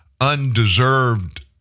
undeserved